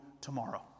tomorrow